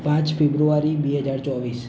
પાંચ ફેબ્રુઆરી બે હજાર ચોવીસ